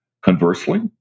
conversely